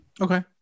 okay